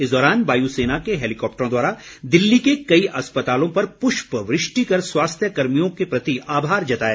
इस दौरान वायुसेना के हैलीकॉप्टरों द्वारा दिल्ली के कई अस्पतालों पर पुष्पवृष्टि कर स्वास्थ्य कर्मियों के प्रति आभार जताया